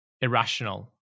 irrational